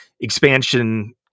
expansion